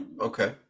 okay